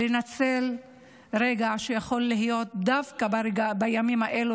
לנצל רגע שיכול להיות דווקא בימים האלה